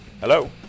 Hello